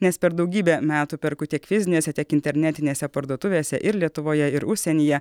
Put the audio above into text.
nes per daugybę metų perku tiek fizinėse tiek internetinėse parduotuvėse ir lietuvoje ir užsienyje